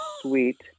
sweet